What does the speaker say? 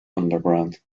underground